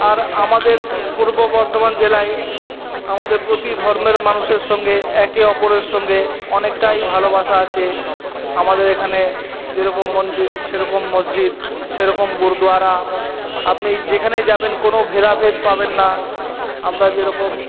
আর আমাদের পূর্ব বর্ধমান জেলায় আমাদের প্রতি ধর্মের মানুষের সঙ্গে একে অপরের সঙ্গে অনেকটাই ভালোবাসা আছে আমাদের এখানে যে রকম মন্দির সে রকম মসজিদ সে রকম গুরদোয়ারা আপনি যেখানেই যাবেন কোনো ভেদাভেদ পাবেন না আমরা যে রকম